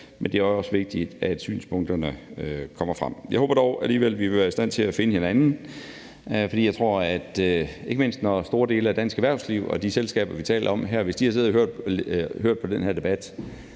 for det andet at synspunkterne kommer frem. Jeg håber dog alligevel, at vi vil være i stand til at finde hinanden. For hvis store dele af dansk erhvervsliv og de selskaber, vi taler om her, havde siddet og hørt på den her debat,